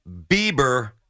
Bieber